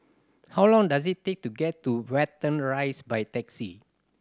how long does it take to get to Watten Rise by taxi